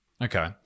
Okay